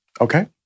Okay